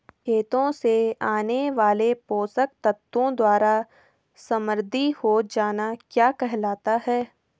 खेतों से आने वाले पोषक तत्वों द्वारा समृद्धि हो जाना क्या कहलाता है?